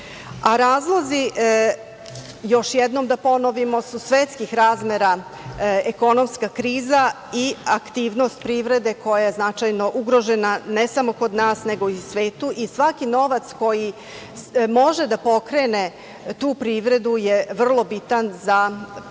sankcija. Razlozi, još jednom da ponovimo, su svetskih razmera - ekonomska kriza i aktivnost privrede koja je značajno ugrožena ne samo kod nas, nego i u svetu i svaki novac koji može da pokrene tu privredu je vrlo bitan za održavanje